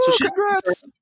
congrats